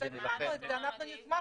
אז תביא לנו את זה, אנחנו נשמח לראות.